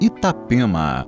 Itapema